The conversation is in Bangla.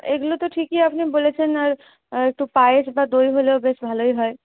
এইগুলো তো ঠিকই আপনি বলেছেন আর একটু পায়েস বা দই হলেও বেশ ভালোই হয়